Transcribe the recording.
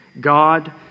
God